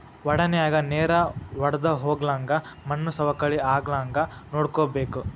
ವಡನ್ಯಾಗ ನೇರ ವಡ್ದಹೊಗ್ಲಂಗ ಮಣ್ಣು ಸವಕಳಿ ಆಗ್ಲಂಗ ನೋಡ್ಕೋಬೇಕ